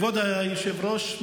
כבוד היושב-ראש,